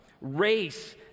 race